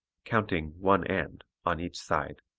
counting one-and on each side,